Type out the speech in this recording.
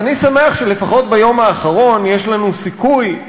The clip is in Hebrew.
אז אני שמח שלפחות ביום האחרון יש לנו סיכוי,